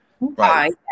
right